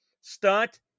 Stunt